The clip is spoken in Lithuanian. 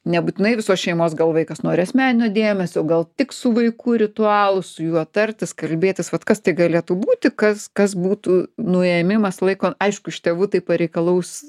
nebūtinai visos šeimos gal vaikas nori asmeninio dėmesio gal tik su vaiku ritualus juo tartis kalbėtis vat kas tai galėtų būti kas kas būtų nuėmimas laiko aišku iš tėvų tai pareikalaus